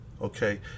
okay